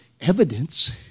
evidence